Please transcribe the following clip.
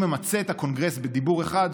"אם אמצה" את הקונגרס "בדיבור אחד,